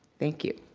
thank you.